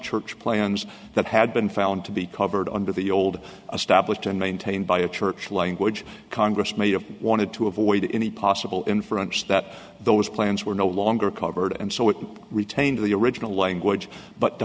church plans that had been found to be covered under the old established and maintained by a church language congress may have wanted to avoid any possible inference that those plans were no longer covered and so it retained the original language but